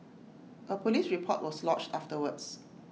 A Police report was lodged afterwards